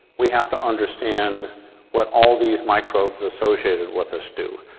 we have to understand what all these microbes associated with us do.